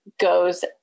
goes